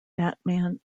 batman